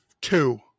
two